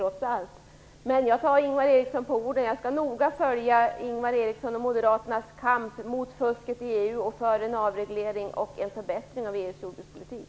Jag tar dock Ingvar Eriksson på orden. Jag skall noga följa Ingvar Erikssons och Moderaternas kamp mot fusket i EU och för en avreglering och förbättring av EU:s jordbrukspolitik.